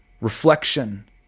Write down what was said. reflection